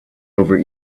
over